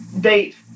date